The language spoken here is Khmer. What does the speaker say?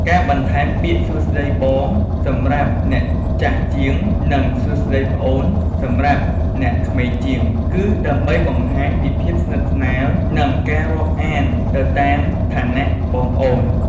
ការបន្ថែមពាក្យ "សួស្ដីបង" សម្រាប់អ្នកចាស់ជាង និង "សួស្ដីប្អូន" សម្រាប់អ្នកក្មេងជាង គឺដើម្បីបង្ហាញពីភាពស្និទ្ធស្នាល និងការរាប់អានទៅតាមឋានៈបងប្អូន។